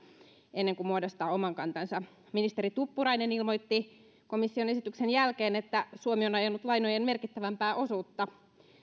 ennen kuin muodostaa oman kantansa ministeri tuppurainen ilmoitti komission esityksen jälkeen että suomi on ajanut lainojen merkittävämpää osuutta